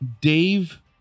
Dave